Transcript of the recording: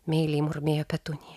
meiliai murmėjo petunija